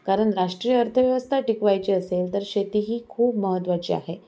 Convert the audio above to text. कारण राष्ट्रीय अर्थव्यवस्ता टिकवायची असेल तर शेती ही खूप महत्त्वाची आहे